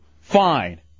Fine